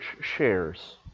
shares